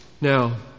Now